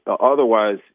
otherwise